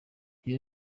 iyo